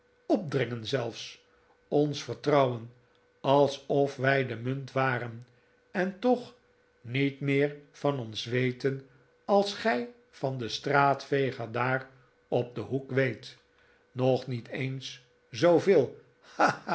opdringen zelfs ons vertrouwen alsof wij de munt waren en toch niet meer van ons weten als gij van den straatveger daar op den hoek weet nog niet eens zooveel